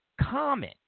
common